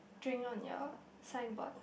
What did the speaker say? drink on your signboard